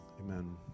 amen